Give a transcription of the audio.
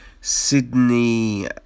Sydney